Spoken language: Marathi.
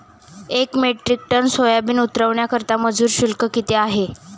एक मेट्रिक टन सोयाबीन उतरवण्याकरता मजूर शुल्क किती आहे?